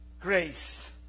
Grace